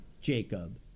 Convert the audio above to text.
Jacob